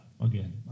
again